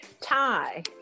Tie